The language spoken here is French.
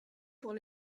pour